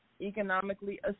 economically